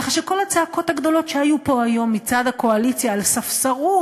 כך שכל הצעקות הגדולות שהיו פה היום מצד הקואליציה על ספסרות